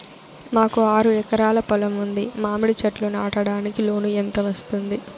మాకు ఆరు ఎకరాలు పొలం ఉంది, మామిడి చెట్లు నాటడానికి లోను ఎంత వస్తుంది?